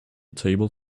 table